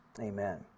Amen